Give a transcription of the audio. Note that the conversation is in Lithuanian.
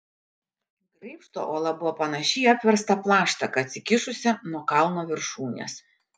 graibšto uola buvo panaši į atverstą plaštaką atsikišusią nuo kalno viršūnės